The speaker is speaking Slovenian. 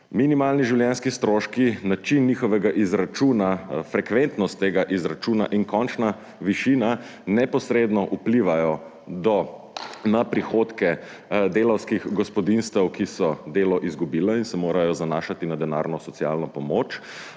minimalni življenjski stroški, način njihovega izračuna, frekventnost tega izračuna in končna višina neposredno vplivajo na prihodke delavskih gospodinjstev, ki so delo izgubila in se morajo zanašati na denarno socialno pomoč,